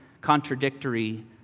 contradictory